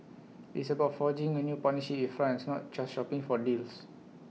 IT is about forging A new partnership with France not just shopping for deals